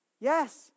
Yes